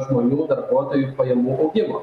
žmonių darbuotojų pajamų augimo